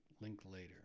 Linklater